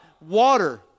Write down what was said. water